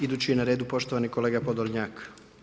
Idući je na redu poštovani kolega Podolnjak.